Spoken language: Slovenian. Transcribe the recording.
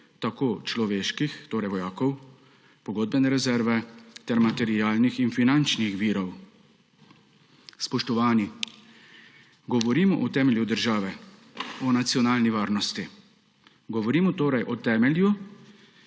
tako človeških, torej vojakov, pogodbene rezerve ter materialnih in finančnih virov. Spoštovani! Govorimo o temelju države, o nacionalni varnosti. Govorimo torej o temelju,